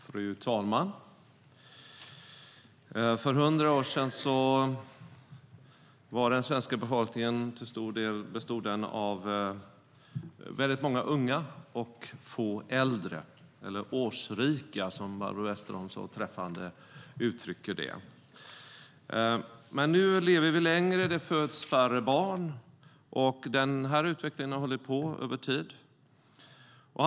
Fru talman! För 100 år sedan bestod den svenska befolkningen till stor del av väldigt många unga och få äldre - eller årsrika, som Barbro Westerholm så träffande uttrycker det. Men nu lever vi längre och det föds färre barn, och den utvecklingen har hållit på över tid.